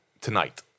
tonight